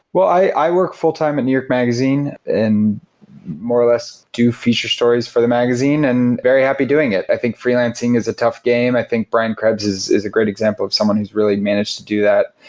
well, i work full-time at new york magazine and more or less do feature stories for the magazine and very happy doing it. i think freelancing is a tough game. i think brian krebs is is a great example of someone who's really managed to do that.